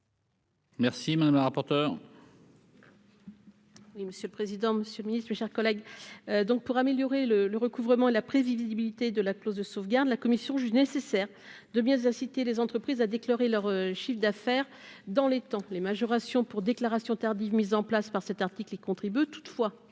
Merci madame la rapporteure.